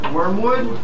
Wormwood